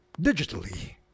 digitally